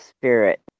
spirit